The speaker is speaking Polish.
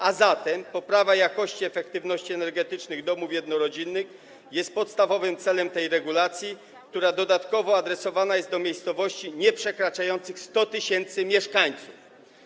A zatem poprawa jakości i efektywności energetycznej domów jednorodzinnych jest podstawowym celem tej regulacji, która dodatkowo adresowana jest do miejscowości nieprzekraczających 100 tys. mieszkańców.